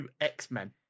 X-Men